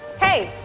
hey.